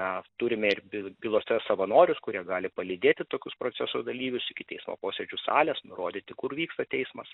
na turime ir bylose savanorius kurie gali palydėti tokius proceso dalyvius iki teismo posėdžių salės nurodyti kur vyksta teismas